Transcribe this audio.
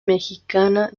mexicana